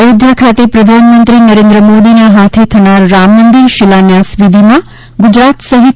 અયોધ્યા ખાતે પ્રધાનમંત્રી નરેન્્ામોદી ના હાથે થનાર રામ મંદિર શિલાન્યાસ વિધિ માં ગુજરાત સહિત